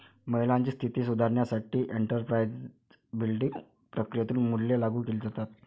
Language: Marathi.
महिलांची स्थिती सुधारण्यासाठी एंटरप्राइझ बिल्डिंग प्रक्रियेतून मूल्ये लागू केली जातात